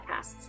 podcasts